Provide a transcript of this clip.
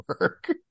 work